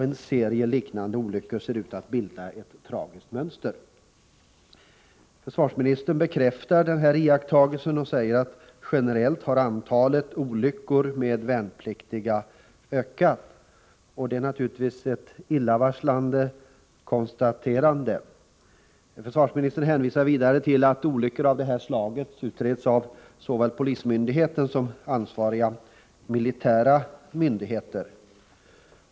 En serie liknande olyckor ser ut att bilda ett tragiskt mönster. Försvarsministern bekräftar iakttagelsen och säger att antalet olyckor med värnpliktiga generellt har ökat. Det är naturligtvis ett illavarslande konstaterande. Försvarsministern hänvisar vidare till att olyckor av det här slaget utreds av såväl polismyndigheterna som ansvariga militära myndigheter.